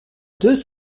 deux